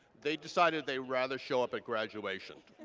they decided they rather show up at graduation.